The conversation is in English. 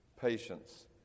patience